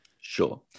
Sure